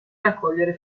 raccogliere